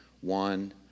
one